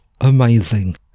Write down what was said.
amazing